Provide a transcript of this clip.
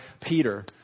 Peter